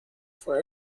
for